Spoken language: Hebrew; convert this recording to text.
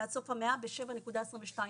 ועד סוף המאה ב-7.22 אחוזים.